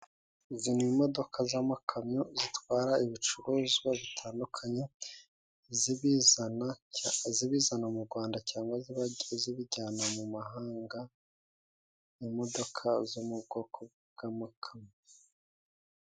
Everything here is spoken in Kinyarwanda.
Izi ni imodoka z'amakamyo zitwara ibicuruzwa bitandukanye, zibizana zibizana mu rwanda, cyangwa zigiye zibijyana mu mahanga imodokadoka zo mu bwoko bw'amakamyo.